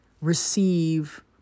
receive